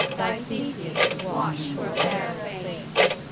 thy theseus, watch for a fairer face,